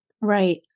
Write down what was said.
Right